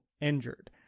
injured